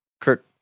Kirk